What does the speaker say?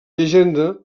llegenda